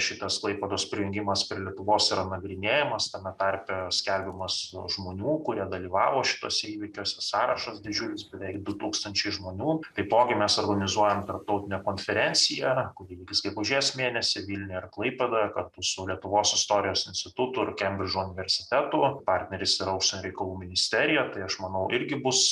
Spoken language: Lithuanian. šitas klaipėdos prijungimas prie lietuvos yra nagrinėjamas tame tarpe skelbiamas žmonių kurie dalyvavo šituose įvykiuose sąrašas didžiulis beveik du tūkstančiai žmonių taipogi mes organizuojam tarptautinę konferenciją kuri vyks gegužės mėnesį vilniuje ir klaipėdoje kartu su lietuvos istorijos institutu ir kembridžo universitetu partneris yra užsienio reikalų ministerija tai aš manau irgi bus